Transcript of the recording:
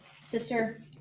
Sister